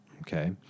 okay